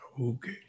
Okay